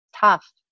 tough